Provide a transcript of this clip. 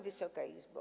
Wysoka Izbo!